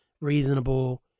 Reasonable